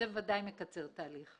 זה בוודאי מקצר את ההליך.